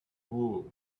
wool